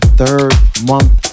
third-month